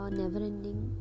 never-ending